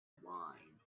wine